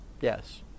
yes